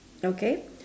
okay